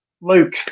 Luke